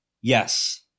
Yes